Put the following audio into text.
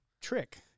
trick